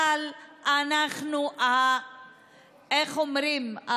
אבל אנחנו, איך אומרים?